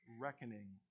reckoning